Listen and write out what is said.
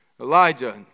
Elijah